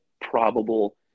probable